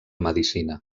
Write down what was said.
medicina